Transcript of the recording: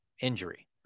injury